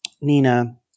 Nina